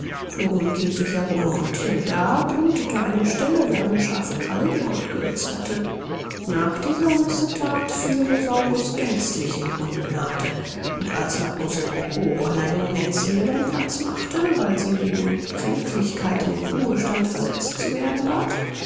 flogen im käfig herum und hier und da blutete eine stelle wo eine scharfe kralle die haut geritzt hatte nach dieser missethat fiel rosaurus gänzlich in ungnade und als mademoiselle gogo einer jungen erzieherin platz machte weil sie wegen kränklichkeit in den ruhestand versetzt zu werden bat